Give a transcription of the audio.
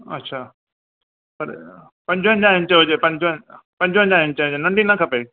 अच्छा पर पंजवंजाह इंच हुजे पंज पंजवंजाह इंच नंढी न खपे